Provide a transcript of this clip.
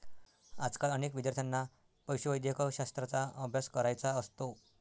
आजकाल अनेक विद्यार्थ्यांना पशुवैद्यकशास्त्राचा अभ्यास करायचा असतो